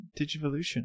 Digivolution